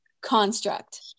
construct